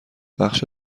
بخش